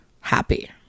happy